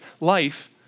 life